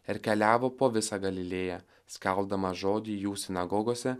ir keliavo po visą galilėją skelbdamas žodį jų sinagogose